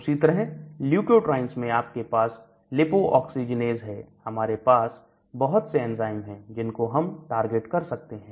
उसी तरह लुकोट्राइन्स में आपके पास lipoxygenase है हमारे पास बहुत से एंजाइम हैं जिनको हम टारगेट कर सकते हैं